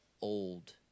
old